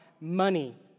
money